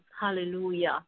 Hallelujah